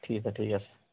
ঠিক আছে ঠিক আছে